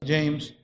James